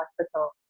hospital